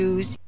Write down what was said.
Use